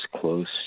close